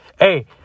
hey